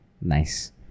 Nice